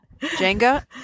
Jenga